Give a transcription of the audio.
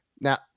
Now